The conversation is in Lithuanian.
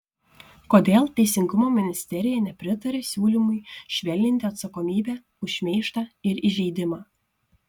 kodėl teisingumo ministerija nepritaria siūlymui švelninti atsakomybę už šmeižtą ir įžeidimą